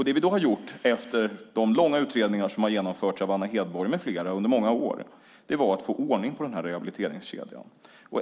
Det vi då har gjort, efter de långa utredningar som har genomförts av Anna Hedborg med flera under många år, har handlat om att få ordning på den här rehabiliteringskedjan.